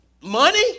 money